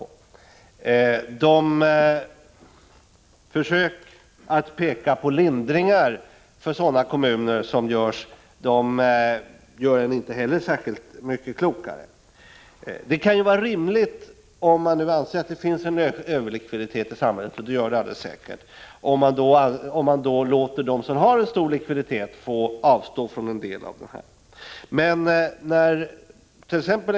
Och försöken att peka på de lindringar som görs för sådana kommuner gör en inte heller särskilt mycket klokare. Det kan ju vara rimligt — om man nu anser att det finns en överlikviditet i samhället, och det gör det säkert — att låta dem som har stor likviditet avstå från en del av den. Men närt.ex.